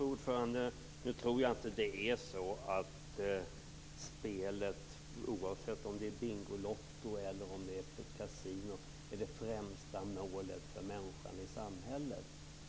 Fru talman! Jag tror inte att det är så att spel, oavsett om det är Bingolotto eller på ett kasino, är det främsta målet för människan i samhället.